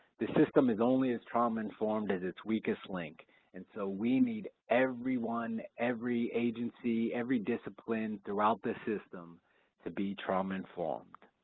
the system is only as trauma-informed as its weakest link and so we need everyone, every agency, every discipline throughout the system to be trauma-informed.